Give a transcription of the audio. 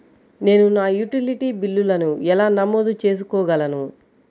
నేను నా యుటిలిటీ బిల్లులను ఎలా నమోదు చేసుకోగలను?